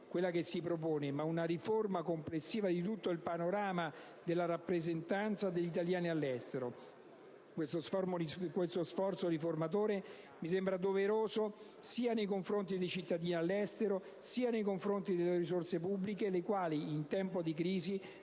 quella che si propone, ma è una riforma complessiva dì tutto il panorama della rappresentanza degli italiani all'estero. Questo sforzo riformatore mi sembra doveroso, sia nei confronti dei cittadini all'estero, sia per ciò che attiene l'uso delle risorse pubbliche, le quali, in tempo di crisi,